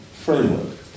framework